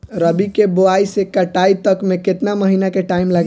रबी के बोआइ से कटाई तक मे केतना महिना के टाइम लागेला?